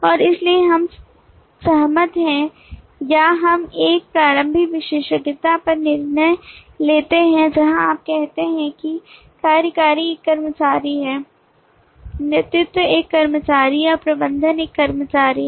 और इसलिए हम सहमत हैं या हम एक प्रारंभिक विशेषज्ञता पर निर्णय लेते हैं जहां आप कहते हैं कि कार्यकारी एक कर्मचारी है नेतृत्व एक कर्मचारी है और प्रबंधक एक कर्मचारी है